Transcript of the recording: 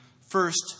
First